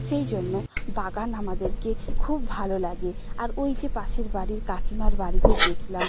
সেই জন্য বাগান আমাদেরকে খুব ভালো লাগে আর ওই যে পাশের বাড়ির কাকিমার বাড়িতে গিয়েছিলাম